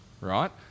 Right